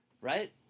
Right